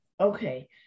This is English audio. Okay